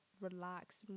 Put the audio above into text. relaxed